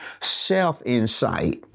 self-insight